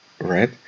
right